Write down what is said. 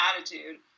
attitude